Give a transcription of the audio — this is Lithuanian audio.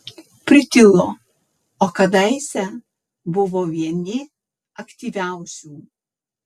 pritilo o kadaise buvo vieni aktyviausių